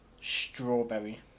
Strawberry